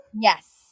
Yes